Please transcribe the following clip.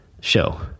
show